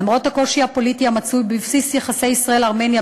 למרות הקושי הפוליטי המצוי בבסיס יחסי ישראל ארמניה,